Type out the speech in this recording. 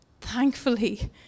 Thankfully